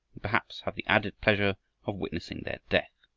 perhaps have the added pleasure of witnessing their death.